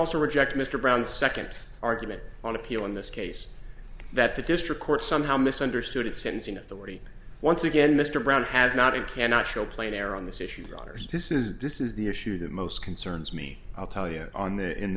also reject mr brown's second argument on appeal in this case that the district court somehow misunderstood it sends an authority once again mr brown has not and cannot show plane air on this issue voters this is this is the issue that most concerns me i'll tell you on the in